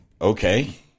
okay